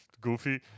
goofy